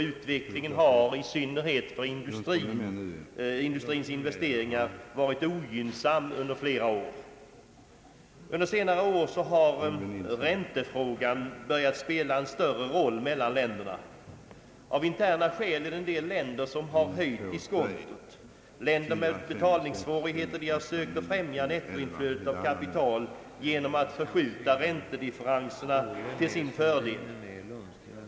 Utvecklingen har i synnerhet för industrins investeringar varit ogynnsam under flera år. Under senare år har räntefrågan börjat spela en större roll mellan länderna. En del länder har av interna skäl höjt diskontot. Länder med betalningssvårigheter har sökt främja nettoinflödet av kapital genom att förskjuta räntedifferenserna till sin fördel.